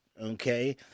okay